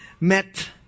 met